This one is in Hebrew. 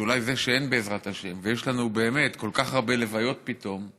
שאולי זה שאין עזרת השם ויש לנו באמת כל כך הרבה לוויות פתאום,